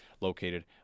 located